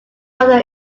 mother